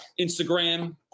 Instagram